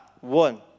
one